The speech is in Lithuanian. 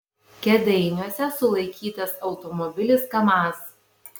kėdainiuose sulaikytas automobilis kamaz